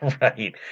Right